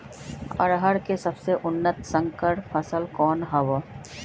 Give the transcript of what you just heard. अरहर के सबसे उन्नत संकर फसल कौन हव?